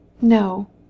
No